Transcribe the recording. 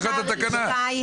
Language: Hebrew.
התקנה.